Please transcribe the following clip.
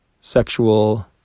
sexual